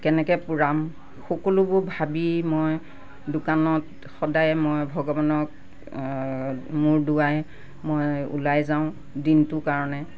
কেনেকৈ পূৰাম সকলোবোৰ ভাবি মই দোকানত সদায় মই ভগৱানক মূৰ দোঁৱাই মই ওলাই যাওঁ দিনটোৰ কাৰণে